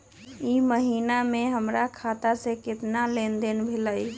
ई महीना में हमर खाता से केतना लेनदेन भेलइ?